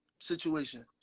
situation